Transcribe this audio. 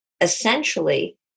essentially